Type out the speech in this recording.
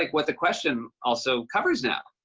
like what the question also covers now.